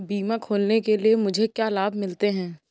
बीमा खोलने के लिए मुझे क्या लाभ मिलते हैं?